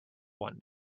one